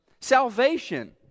Salvation